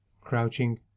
crouching